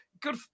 good